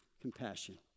compassion